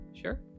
sure